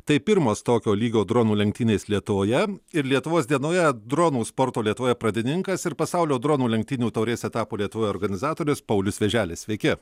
tai pirmas tokio lygio dronų lenktynės lietuvoje ir lietuvos dienoje dronų sporto lietuvoje pradininkas ir pasaulio dronų lenktynių taurės etapo lietuvoje organizatorius paulius vėželis sveiki